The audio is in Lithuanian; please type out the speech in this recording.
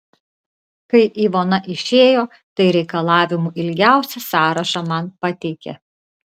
kai ivona išėjo tai reikalavimų ilgiausią sąrašą man pateikė